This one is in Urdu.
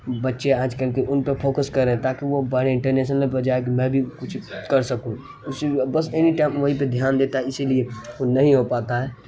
بچے آج کن کے ان پر پھوکس کریں تاکہ وہ بڑھیں انٹرنیسنل لیول پر جائیں میں بھی کچھ کر سکوں اسی بس اینی ٹائم وہی پہ دھیان دیتا ہے اسی لیے وہ نہیں ہو پاتا ہے